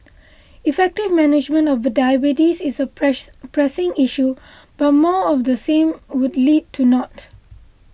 effective management of diabetes is a press pressing issue but more of the same would lead to naught